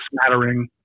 smattering